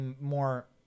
more